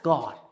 God